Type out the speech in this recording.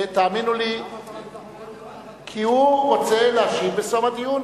למה שר הביטחון, כי הוא רוצה להשיב בסוף הדיון.